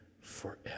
forever